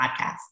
podcast